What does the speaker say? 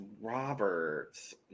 Robert's